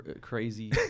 Crazy